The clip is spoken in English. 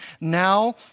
Now